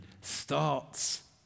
starts